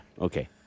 Okay